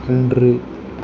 அன்று